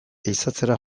ehizatzera